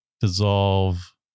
dissolve